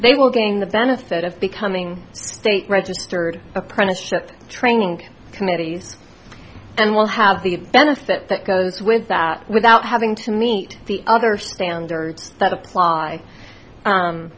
they will gain the benefit of becoming state registered apprenticeship training committees and will have the benefit that goes with that without having to meet the other standards that apply